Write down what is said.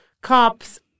cops